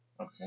Okay